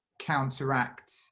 counteract